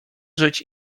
żyć